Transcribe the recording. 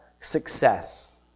success